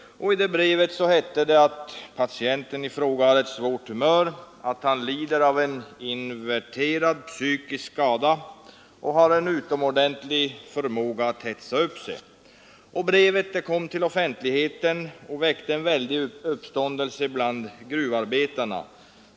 I detta brev hette det att patienten har ett ”svårt humör” och att han lider av en ”inverterad psykisk skada” och har ”en utomordentlig förmåga att hetsa upp sig”. Brevet kom till offentligheten och väckte en väldig uppståndelse bland gruvarbetarna.